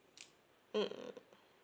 mm